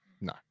No